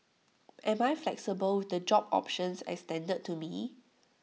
am I flexible with the job options extended to me